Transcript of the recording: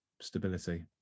stability